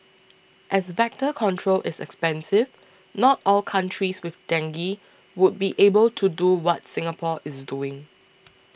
as vector control is expensive not all countries with dengue would be able to do what Singapore is doing